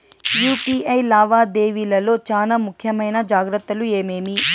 UPI లావాదేవీల లో చానా ముఖ్యమైన జాగ్రత్తలు ఏమేమి?